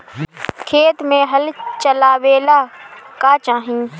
खेत मे हल चलावेला का चाही?